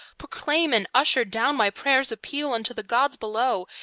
proclaim and usher down my prayer's appeal unto the gods below,